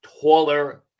taller